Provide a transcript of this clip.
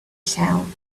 sound